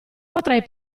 potrai